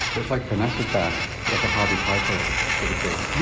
so it's like an acid bath, like a harvey keitel sort of thing.